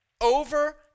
over